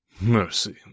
Mercy